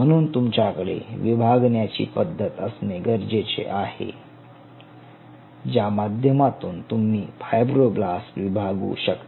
म्हणून तुमच्याकडे विभागण्याची पद्धत असणे गरजेचे आहे ज्या माध्यमातून तुम्ही फायब्रोब्लास्ट विभागु शकता